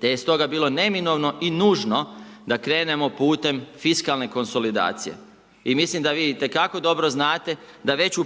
te je stoga bilo neminovno i nužno da krenemo putem fiskalne konsolidacije i mislim da vi itekako dobro znate da već u